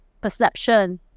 perception